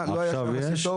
ועכשיו יש?